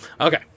Okay